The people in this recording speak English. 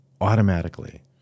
automatically